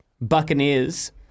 Buccaneers